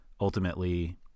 ultimately